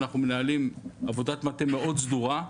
אנחנו מנהלים עבודת מטה מאוד סדורה,